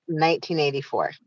1984